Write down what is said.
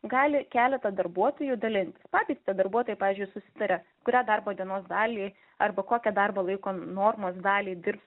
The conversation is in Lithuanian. gali keletą darbuotojų dalint patys tie darbuotojai pavyzdžiui susitaria kurią darbo dienos dalį arba kokią darbo laiko normos dalį dirbs